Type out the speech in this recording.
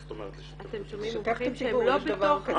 מה זאת אומרת לשתף בה את הציבור?